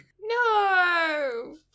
No